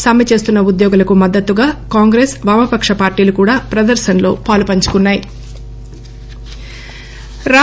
సమ్మె చేస్తున్న ఉద్యోగులకు మద్దతుగా కాంగ్రెస్ వామపక్ష పార్టీలు కూడా ప్రదర్సనలో పాలుపంచుకున్నా రు